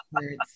words